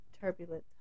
turbulent